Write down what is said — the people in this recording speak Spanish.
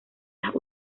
las